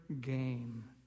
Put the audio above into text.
game